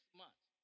months